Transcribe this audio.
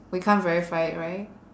we can't verify it right